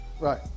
Right